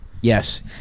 Yes